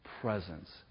presence